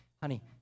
honey